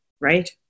right